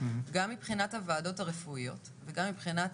גם מבחינת הוועדות הרפואיות וגם מבחינת